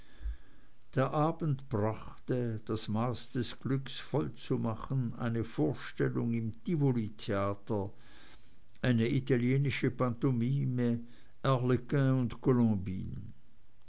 der abend brachte das maß des glücks voll zu machen eine vorstellung im tivoli theater eine italienische pantomime arlequin und